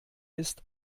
ist